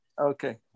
Okay